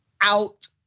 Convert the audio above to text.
out